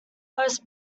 host